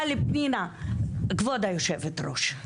אבל כבוד היושבת-ראש,